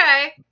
Okay